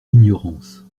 ignorance